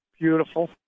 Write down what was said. beautiful